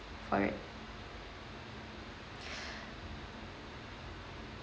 for it